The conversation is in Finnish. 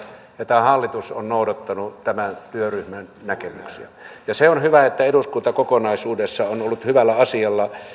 tämä hallitus on noudattanut tämän työryhmän näkemyksiä se on hyvä että eduskunta kokonaisuudessaan on ollut hyvällä asialla